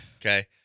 Okay